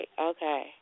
Okay